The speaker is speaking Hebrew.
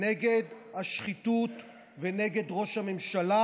נגד השחיתות ונגד ראש הממשלה,